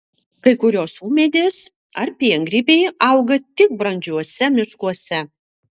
kai kurios ūmėdės ar piengrybiai auga tik brandžiuose miškuose